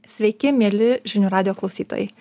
sveiki mieli žinių radijo klausytojai